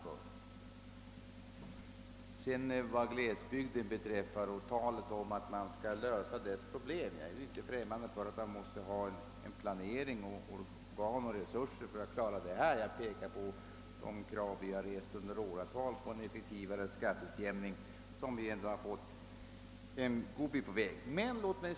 Vad beträffar glesbygden och talet om att man skall lösa dess problem är jag inte främmande för att man måste ha planering, organ och resurser för att klara denna uppgift. Jag pekar på de krav vi har rest under åratal på en effektivare skatteutjämning, som nu har kommit en god bit på väg.